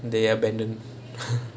they abandoned